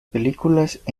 películas